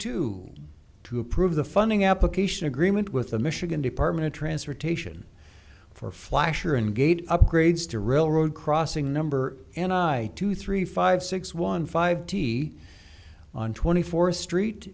two two approve the funding application agreement with the michigan department of transportation for flasher and gate upgrades to railroad crossing number and i two three five six one five t on twenty fourth street